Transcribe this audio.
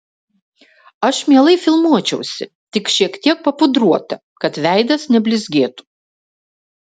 aš mielai filmuočiausi tik šiek tiek papudruota kad veidas neblizgėtų